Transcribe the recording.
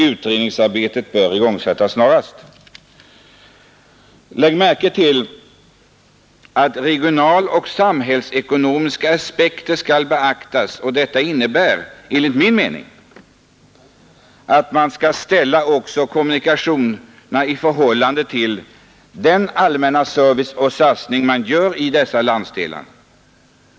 Utredningsarbetet bör igångsättas snarast.” Lägg märke till att utskottet skriver att regionaloch samhällsekonomiska aspekter måste beaktas. Detta innebär enligt min mening att man ser på kommunikationsfrågorna i förhållande till den allmänna servicen och den satsning som görs i denna landsdel.